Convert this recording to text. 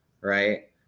Right